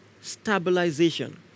Stabilization